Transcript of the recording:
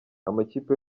amakipe